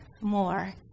more